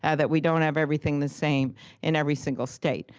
ah that we don't have everything the same in every single state.